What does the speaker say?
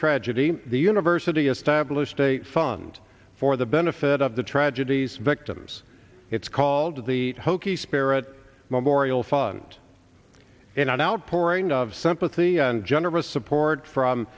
try the university established a fund for the benefit of the tragedies victims it's called the hokie spirit memorial fund an outpouring of sympathy and generous support from